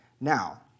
Now